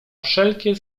wszelkie